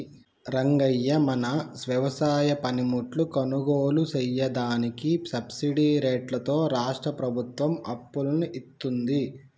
రంగయ్య మన వ్యవసాయ పనిముట్లు కొనుగోలు సెయ్యదానికి సబ్బిడి రేట్లతో రాష్ట్రా ప్రభుత్వం అప్పులను ఇత్తుంది